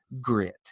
Grit